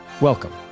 Welcome